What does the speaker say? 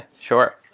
Sure